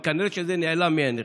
אבל נראה שזה נעלם מעיניכם.